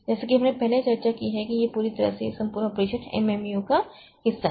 जैसा कि हमने पहले चर्चा की है कि यह पूरी तरह से यह संपूर्ण ऑपरेशन MMU का हिस्सा है